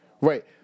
Right